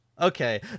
Okay